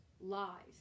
Lies